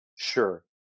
Sure